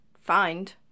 find